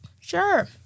Sure